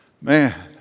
Man